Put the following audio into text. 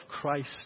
Christ